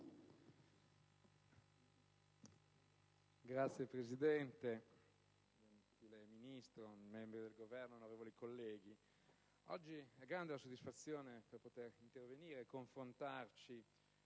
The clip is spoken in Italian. Signor Presidente, signor Ministro, signori membri del Governo, onorevoli colleghi, oggi è grande la soddisfazione di poter intervenire e confrontarci